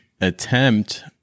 attempt